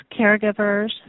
caregivers